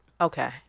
Okay